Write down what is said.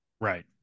Right